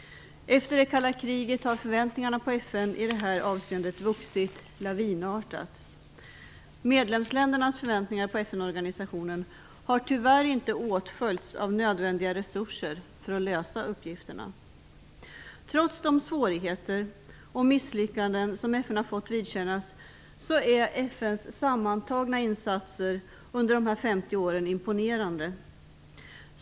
Efter det kalla kriget har förväntningarna på FN i det här avseendet vuxit lavinartat. Medlemsländernas förväntningar på FN-organisationen har tyvärr inte åtföljts av nödvändiga resurser för att lösa uppgifterna. Trots de svårigheter och misslyckanden som FN har fått vidkännas är FN:s sammantagna insatser under de här 50 åren imponerande.